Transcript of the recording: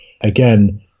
again